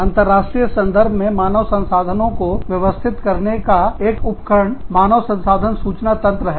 अंतरराष्ट्रीय संदर्भ में मानव संसाधनों को व्यवस्थित करने का एक उपकरण मानव संसाधन सूचना तंत्र है